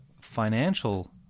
financial